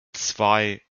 zwei